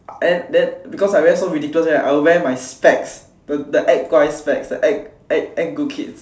then then because I wear so ridiculous right I will wear my specs the act 乖 specs the act act act good kid